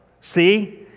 See